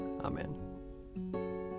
Amen